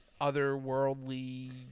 otherworldly